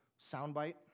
soundbite